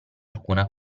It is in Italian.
alcuna